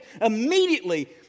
immediately